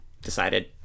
decided